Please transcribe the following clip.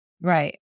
Right